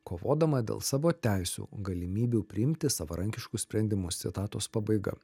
kovodama dėl savo teisių galimybių priimti savarankiškus sprendimus citatos pabaiga